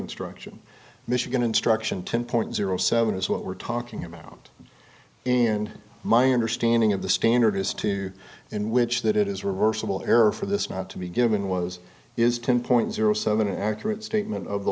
instruction michigan instruction ten point zero seven is what we're talking about and my understanding of the standard is two in which that it is reversible error for this not to be given was is ten point zero seven an accurate statement of the